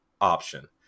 option